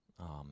Amen